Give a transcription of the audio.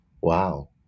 Wow